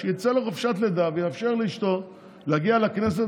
שיצא לחופשת לידה ויאפשר לאשתו להגיע לכנסת